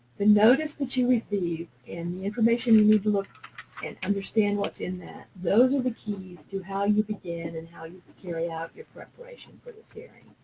the notice that you receive and the information you need to look and understand what's in that, those are the keys to how you begin and how you carry out your preparation for this hearing.